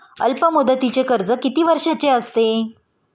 अल्पमुदतीचे कर्ज किती वर्षांचे असते?